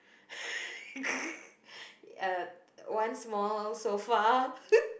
uh one small sofa